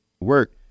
work